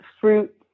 fruit